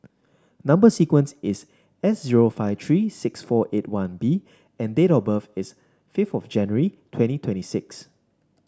number sequence is S zero five three six four eight one B and date of birth is fifth of January twenty twenty six